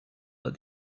but